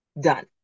Done